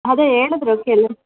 ಅದೇ ಹೇಳಿದ್ರು ಕೆಲ